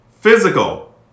Physical